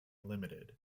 limited